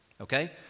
okay